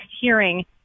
hearing